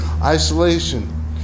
isolation